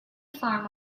farm